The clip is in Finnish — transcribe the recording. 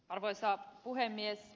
arvoisa puhemies